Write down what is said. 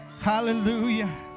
hallelujah